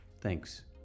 Thanks